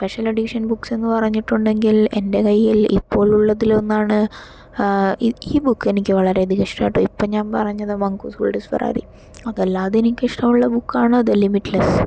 special edition books എന്ന് പറഞ്ഞിട്ടുണ്ടെങ്കിൽ എൻ്റെ കയ്യിൽ ഇപ്പോഴുള്ളതിലൊന്നാണ് ഈ ഈ ബുക്കെനിക്ക് എനിക്ക് വളരെയധികം ഇഷ്ടമാട്ടോ ഇപ്പോൾ ഞാൻ പറഞ്ഞത് the monk who sold his Ferrari അതല്ലാതെ എനിക്കിഷ്ടമുള്ള ബുക്കാണ് ദി ലിമിറ്റ്ലെസ്സ്